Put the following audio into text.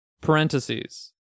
parentheses